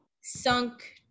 sunk